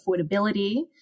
Affordability